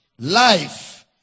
life